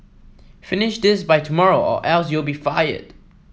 finish this by tomorrow or else you'll be fired